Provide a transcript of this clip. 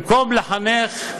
במקום לחנך,